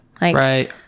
right